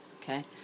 Okay